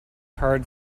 hard